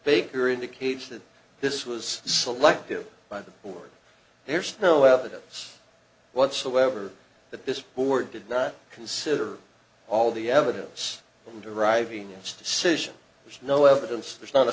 baker indicates that this was selected by the board there's no evidence whatsoever that this board did not consider all the evidence in deriving cision there's no evidence there's not a